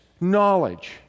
knowledge